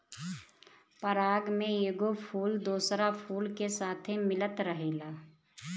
पराग में एगो फूल दोसरा फूल के साथे मिलत रहेला